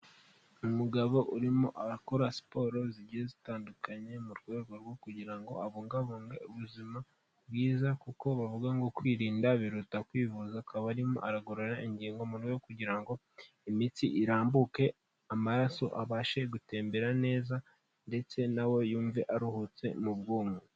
Umugabo urimo arakora siporo zigiye zitandukanye mu rwego rwo kugira ngo abungabunge ubuzima bwiza kuko bavuga ngo: "Kwirinda biruta kwivuza," akaba arimo aragorora ingingo mu rwego rwo kugira ngo imitsi irambuke, amaraso abashe gutembera neza ndetse na we yumve aruhutse mu bwonko.